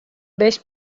beş